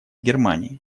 германии